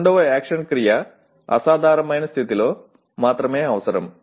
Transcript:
రెండవ యాక్షన్ క్రియ అసాధారణమైన స్థితిలో మాత్రమే అవసరం